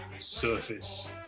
surface